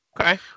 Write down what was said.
Okay